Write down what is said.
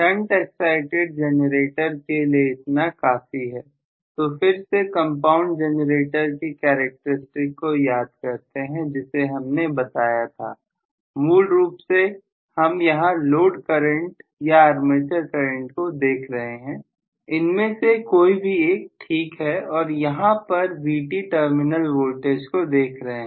shunt excited generator इसीलिए इतना काफी है तो फिर से कंपाउंड जनरेटर के कैरेक्टरस्टिक को याद करते हैं जिसे हमने बनाया था मूल रूप से हम यहां लोड करें या आर्मेचर करंट को देख रहे हैं इनमें से कोई भी एक ठीक है और हम यहां पर Vt टर्मिनल वोल्टेज को देख रहे हैं